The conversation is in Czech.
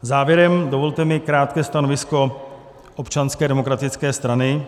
Závěrem, dovolte mi krátké stanovisko Občanské demokratické strany.